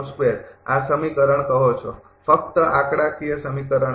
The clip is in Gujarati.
તેથી આ સમીકરણ કહો છો ફક્ત આંકડાકીય સમીકરણ ૧